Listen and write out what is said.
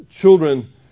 children